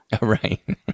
Right